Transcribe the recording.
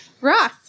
Ross